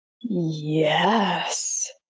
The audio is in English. Yes